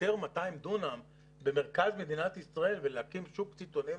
לאתר 200 דונם במרכז מדינת ישראל ולהקים שוק סיטונאי